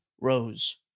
Rose